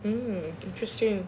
mm interesting